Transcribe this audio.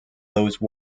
those